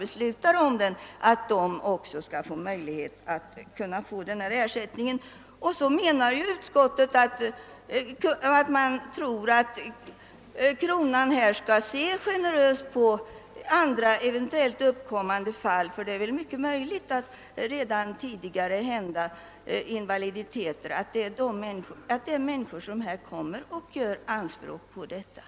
Utskottet för utsätter också »att man från kronans sida har en generös attityd vid prövning av rätt till skadestånd» i andra fall som eventuellt aktualiseras. Det är mycket möjligt att människor som tidigare drabbats av invaliditet till följd av sådana olyckor kommer att göra anspråk på ersättning.